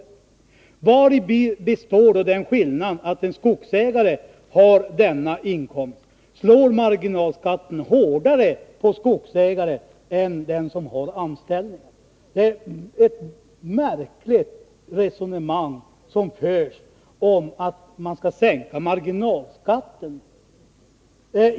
på vilken anställning som helst eller om man gör det som skogsägare, vari består skillnaden? Slår marginalskatten hårdare på skogsägare än på den som har anställning? Det är ett märkligt resonemang som förs om att sänka marginalskatten.